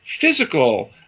physical